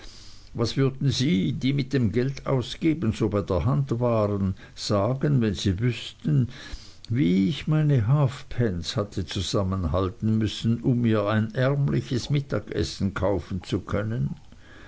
was würden sie die mit dem geldausgeben so bei der hand waren sagen wenn sie wüßten wie ich meine halfpence hatte zusammenhalten müssen um mir ein ärmliches mittagessen kaufen zu können